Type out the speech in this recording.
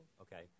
Okay